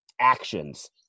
actions